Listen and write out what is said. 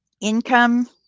income